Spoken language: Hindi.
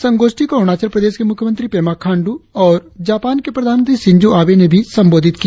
इस संगोष्ठी को अरुणाचल प्रदेश के मुख्यमंत्री पेमा खांडू और जापान के प्रधानमंत्री शिंजो आबे ने भी संबोधित किया